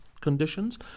conditions